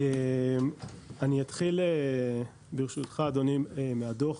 אני אתחיל, ברשותך, אדוני מהדוח.